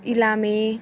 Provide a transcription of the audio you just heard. इलामे